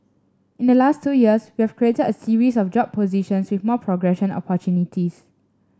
in the last two years we've created a series of job positions with more progression opportunities